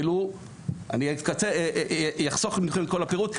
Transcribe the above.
אני אחסוך מכם את כל הפירוט,